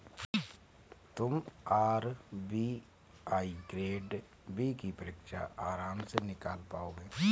तुम RBI grade B की परीक्षा आराम से निकाल पाओगे